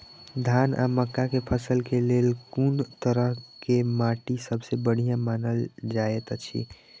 धान आ मक्का के फसल के लेल कुन तरह के माटी सबसे बढ़िया मानल जाऐत अछि?